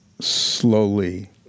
slowly